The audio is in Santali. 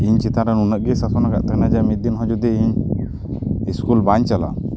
ᱤᱧ ᱪᱮᱛᱟᱱ ᱨᱮ ᱱᱩᱱᱟᱹᱜ ᱜᱮᱭ ᱥᱟᱥᱚᱱ ᱟᱠᱟᱫ ᱛᱟᱦᱮᱱᱟ ᱡᱮ ᱢᱤᱫ ᱫᱤᱱ ᱦᱚᱸ ᱡᱩᱫᱤ ᱤᱧ ᱤᱥᱠᱩᱞ ᱵᱟᱹᱧ ᱪᱟᱞᱟᱜᱼᱟ